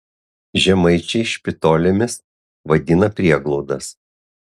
žemaičiai špitolėmis vadina prieglaudas